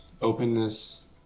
openness